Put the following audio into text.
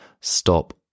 stop